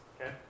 Okay